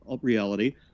reality